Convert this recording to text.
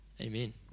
Amen